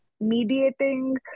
mediating